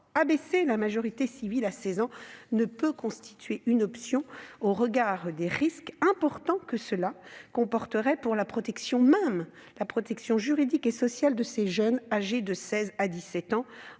de la majorité civile à 16 ans ne peut constituer une option, au regard des risques importants que cela comporterait pour la protection juridique et sociale des jeunes âgés de 16 à 17 ans